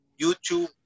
YouTube